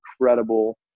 incredible